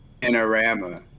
panorama